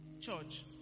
Church